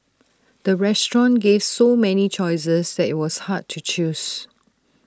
the restaurant gave so many choices that IT was hard to choose